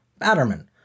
Batterman